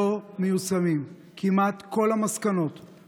לא מיושמות כמעט כל המסקנות שמתקבלות,